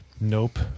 Nope